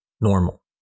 normal